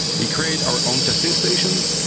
we create our own testing stations.